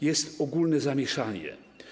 Jest ogólne zamieszanie.